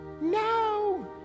no